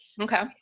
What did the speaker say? Okay